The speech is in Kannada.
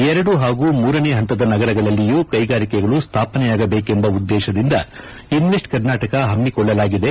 ಎರಡು ಹಾಗೂ ಮೂರನೇ ಹಂತದ ನಗರಗಳಲ್ಲಿಯೂ ಕೈಗಾರಿಕೆಗಳು ಸ್ಥಾಪನೆಯಾಗಬೇಕೆಂಬ ಉದ್ದೇಶದಿಂದ ಇನ್ವೆಸ್ಟ್ ಕರ್ನಾಟಕ ಹಮ್ಮಿಕೊಳ್ಳಲಾಗಿದೆ